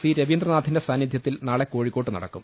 C രവീന്ദ്രനാഥിന്റെ സാന്നിധ്യത്തിൽ നാളെ കോഴിക്കോട്ട് നടക്കും